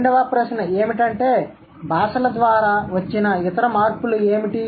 రెండవ ప్రశ్న ఏమిటంటే భాషల ద్వారా వచ్చిన ఇతర మార్పులు ఏమిటి